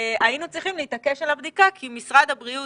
היינו צריכים להתעקש על הבדיקה כי משרד הבריאות